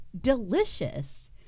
delicious